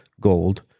gold